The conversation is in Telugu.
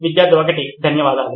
విద్యార్థి 1 ధన్యవాదాలు